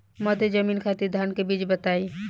मध्य जमीन खातिर धान के बीज बताई?